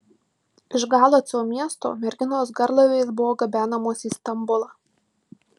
iš galaco miesto merginos garlaiviais buvo gabenamos į stambulą